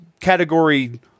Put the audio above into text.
category